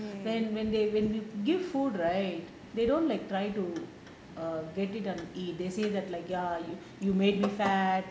when when they when we give food right they don't like to err they didn't eat they say that like ya you make me fat